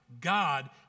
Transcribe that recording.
God